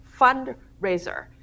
fundraiser